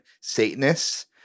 satanists